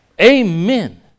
Amen